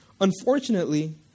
Unfortunately